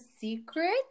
secret